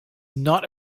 not